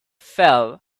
fell